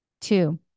Two